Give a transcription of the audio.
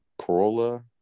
Corolla